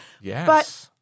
Yes